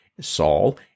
Saul